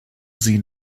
sie